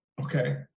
Okay